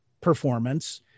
performance